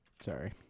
Sorry